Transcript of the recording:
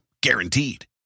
Guaranteed